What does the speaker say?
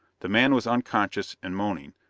the man was unconscious, and moaning,